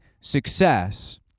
success